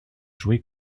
jouer